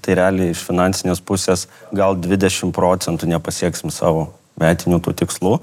tai realiai iš finansinės pusės gal dvidešim procentų nepasieksim savo metinių tikslų